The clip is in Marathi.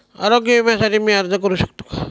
आरोग्य विम्यासाठी मी अर्ज करु शकतो का?